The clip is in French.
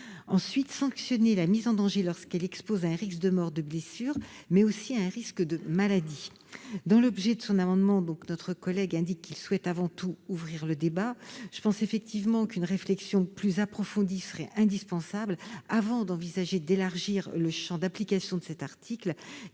ensuite, sanctionner la mise en danger, lorsqu'elle expose à un risque de mort, de blessure, mais aussi à un risque de maladie. Dans l'objet de son amendement, notre collègue indique qu'il souhaite avant tout ouvrir le débat. Il me semble en effet qu'une réflexion plus approfondie est indispensable avant d'envisager d'élargir le champ d'application de cet article,